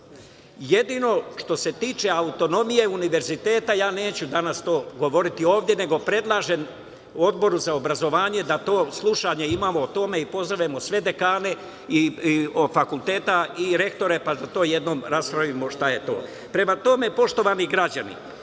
Jedino što se tiče autonomije univerziteta, ja neću danas to govoriti ovde nego predlažem Odboru za obrazovanje da to slušanje imamo o tome i pozovemo sve dekane fakulteta i rektora pa da to jednom raspravimo. Poštovani građani,